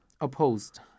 opposed